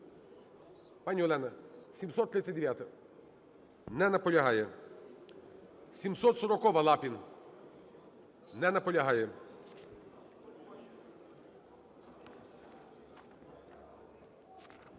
Пані Олена, 739-а? Не наполягає. 740-а, Лапін. Не наполягає.